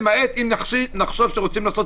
למעט אם נחשוב שרוצים לעשות